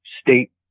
state